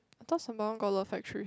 I thought Sembawang got a lot of factories